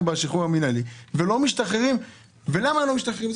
בשחרור המינהלי ולא משתחררים ולמה לא משתחררים?